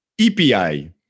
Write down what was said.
EPI